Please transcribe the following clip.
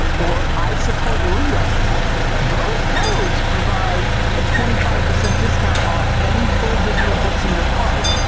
or isupportliam. both codes provide a twenty five percent discount off any full digital books in your cart.